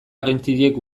agentziek